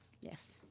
Yes